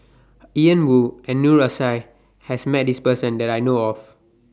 Ian Woo and Noor Aishah has Met This Person that I know of